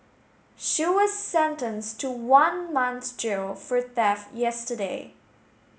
she was sentenced to one month's jail for theft yesterday